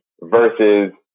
versus